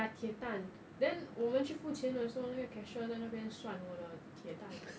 ya 铁蛋 then 我们去付钱的时候那个 cashier 在那边算我的铁蛋